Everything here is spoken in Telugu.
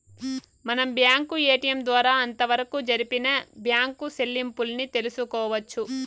మనం బ్యాంకు ఏటిఎం ద్వారా అంతవరకు జరిపిన బ్యాంకు సెల్లింపుల్ని తెలుసుకోవచ్చు